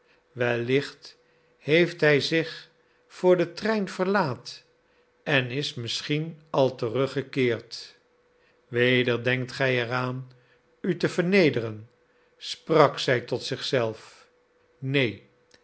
wellicht heeft hij zich voor den trein verlaat en is misschien al teruggekeerd weder denkt gij er aan u te vernederen sprak zij tot zich zelf neen